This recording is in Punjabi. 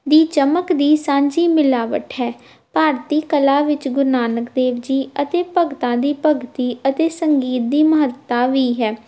ਦੀ ਚਮਕ ਦੀ ਸਾਂਝੀ ਮਿਲਾਵਟ ਹੈ ਭਾਰਤੀ ਕਲਾ ਵਿੱਚ ਗੁਰੂ ਨਾਨਕ ਦੇਵ ਜੀ ਅਤੇ ਭਗਤਾਂ ਦੀ ਭਗਤੀ ਅਤੇ ਸੰਗੀਤ ਦੀ ਮਹੱਤਤਾ ਵੀ ਹੈ